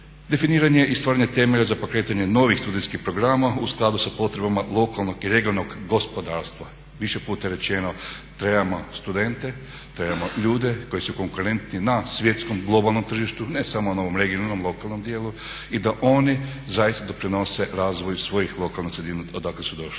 Definiranje i stvaranje temelja za pokretanje novih studenskih programa u skladu sa potrebama lokalnog i regionalnog gospodarstva više puta je rečeno trebamo studente, trebamo ljude koji su konkurentni na svjetskom globalnom tržištu, ne samo na ovom regionalnom dijelu i da oni zaista doprinose razvoju svojih lokalnih sredina odakle su došli.